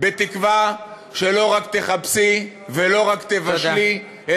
בתקווה שלא רק תכבסי ולא רק תבשלי,